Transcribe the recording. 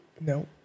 No